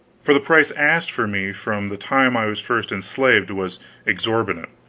for the price asked for me from the time i was first enslaved was exorbitant,